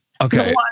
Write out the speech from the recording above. Okay